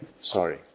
Sorry